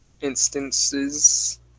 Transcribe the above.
instances